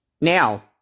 Now